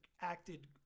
acted